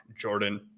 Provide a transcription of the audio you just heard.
Jordan